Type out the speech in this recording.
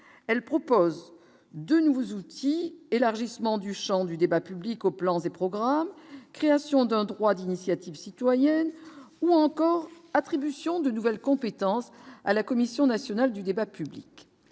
elle propose de nouveaux outils, élargissement du Champ du débat public aux plans et programmes, création d'un droit d'initiative citoyenne ou encore attribution de nouvelles compétences à la Commission nationale du débat public